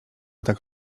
tak